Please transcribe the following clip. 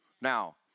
Now